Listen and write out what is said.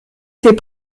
ses